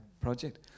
project